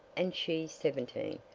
and she seventeen,